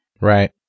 Right